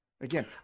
again